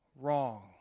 Wrong